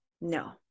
no